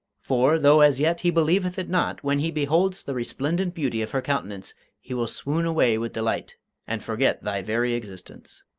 for, though as yet he believeth it not, when he beholds the resplendent beauty of her countenance he will swoon away with delight and forget thy very existence.